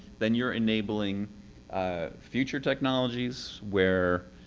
then you're enabling ah future technologies where